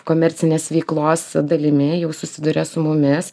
komercinės veiklos dalimi jau susiduria su mumis